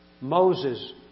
Moses